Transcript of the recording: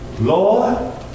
Lord